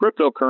cryptocurrency